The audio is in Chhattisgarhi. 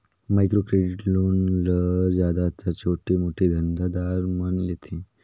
माइक्रो क्रेडिट लोन ल जादातर छोटे मोटे धंधा दार मन लेथें